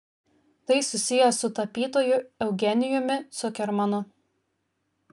tai susiję su tapytoju eugenijumi cukermanu